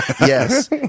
yes